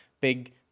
big